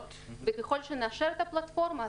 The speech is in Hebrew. וככל שנאשר את הפלטפורמה,